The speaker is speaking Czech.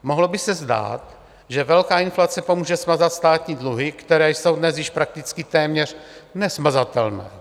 Mohlo by se zdát, že velká inflace pomůže smazat státní dluhy, které jsou dnes již prakticky téměř nesmazatelné.